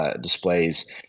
displays